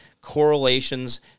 correlations